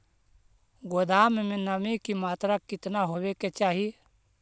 गोदाम मे नमी की मात्रा कितना होबे के चाही?